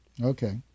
Okay